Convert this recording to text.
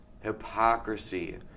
hypocrisy